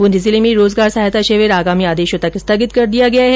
बूंदी जिले में रोजगार सहायता शिविर आगामी आदेशों तक स्थगित कर दिया गया है